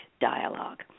dialogue